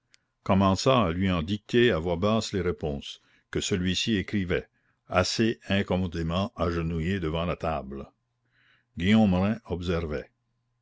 commença à lui en dicter à voix basse les réponses que celui-ci écrivait assez incommodément agenouillé devant la table guillaume rym observait